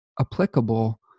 applicable